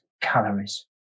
calories